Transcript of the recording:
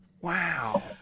wow